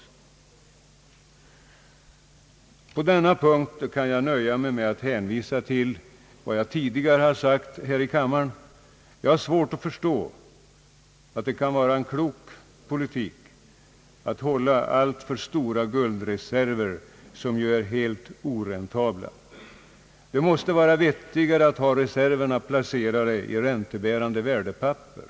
På denna punkt vill jag bara hänvisa till vad jag tidigare sagt: Jag har svårt att förstå att det skulle vara en klok politik att ha alltför stora guldreserver, som ju är helt oräntabla. Det måste vara vettigare att ha reserverna placerade i räntebärande värdepapper.